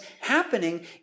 happening